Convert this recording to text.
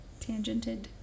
Tangented